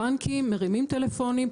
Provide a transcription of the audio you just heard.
הבנקים מרימים טלפונים,